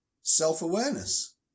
Self-awareness